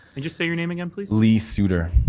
and you say your name again, please. lee suitor.